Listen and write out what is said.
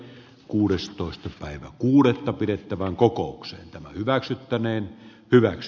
kuudes toista toinen kuudetta pidettävän kokouksen hyväksyttäneen pylväs